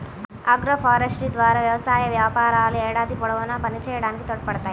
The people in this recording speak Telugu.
ఆగ్రోఫారెస్ట్రీ ద్వారా వ్యవసాయ వ్యాపారాలు ఏడాది పొడవునా పనిచేయడానికి తోడ్పడతాయి